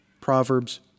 Proverbs